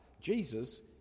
Jesus